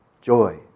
joy